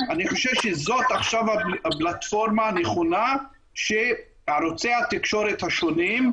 אני חושב שזאת עכשיו הפלטפורמה הנכונה של ערוצי התקשורת השונים,